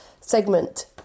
segment